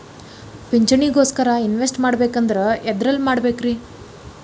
ಪಿಂಚಣಿ ಗೋಸ್ಕರ ಇನ್ವೆಸ್ಟ್ ಮಾಡಬೇಕಂದ್ರ ಎದರಲ್ಲಿ ಮಾಡ್ಬೇಕ್ರಿ?